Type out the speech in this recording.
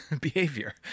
behavior